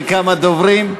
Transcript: מכמה דוברים.